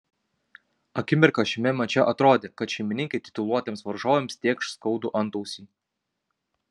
akimirką šiame mače atrodė kad šeimininkai tituluotiems varžovams tėkš skaudų antausį